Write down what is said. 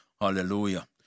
hallelujah